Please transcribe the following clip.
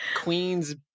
Queens